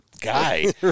guy